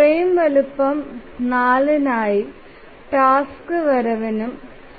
frame വലുപ്പം 4 നായി task വരവിനും